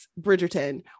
Bridgerton